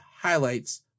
Highlights